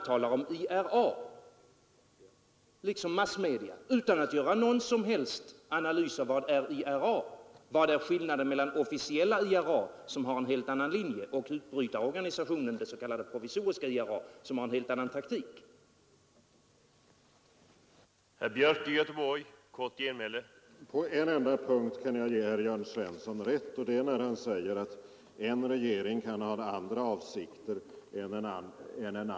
Han talar liksom massmedia om IRA utan att göra någon som helst analys av skillnaden mellan det officiella IRA och utbrytarorganisationen, det s.k. provisoriska IRA, som har en helt annan linje och taktik.